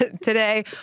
today